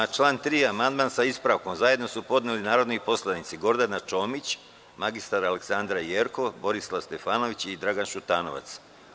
Na član 3. amandman sa ispravkom zajedno su podneli narodni poslanici Gordana Čomić, mr Aleksandra Jerkov, Borislav Stefanović i Dragan Šutanovac.